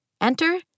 Enter